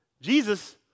Jesus